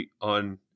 on